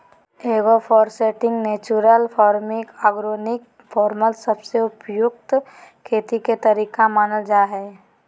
agro foresting, natural farming, organic farming सबसे उपयुक्त खेती के तरीका मानल जा हय